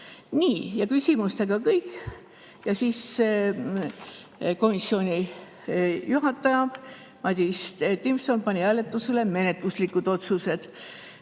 Nii. Ja küsimustega kõik. Komisjoni juhataja Madis Timpson pani hääletusele menetluslikud otsused.